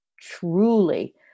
truly